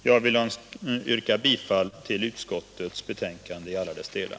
Jag vill yrka bifall till utskottets hemställan i alla delar.